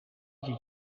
iki